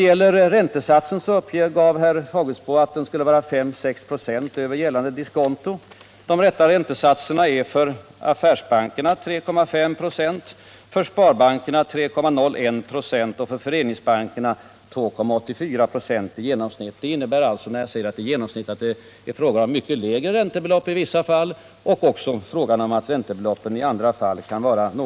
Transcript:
Nr 30 RA a E 18 november 1977 3,5 96 för sparbankerna 3,01 26 och för föreningsbankerna 2,84 96 i LE genomsnitt. Det innebär att det i några fall är fråga om lägre räntesatser — Om dtgärder för att och i andra fall om något högre räntesatser. nedbringa den s.k.